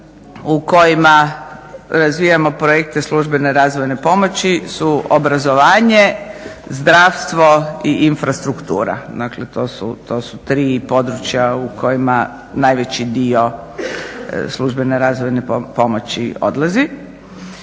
u kojima razvijemo projekte službene razvojne pomoći su obrazovanje, zdravstvo i infrastruktura, dakle to su tri područja u kojima najveći dio službene razvojne pomoći odlazi.